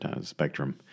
Spectrum